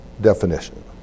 definition